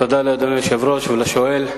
תודה לאדוני היושב-ראש ולשואל.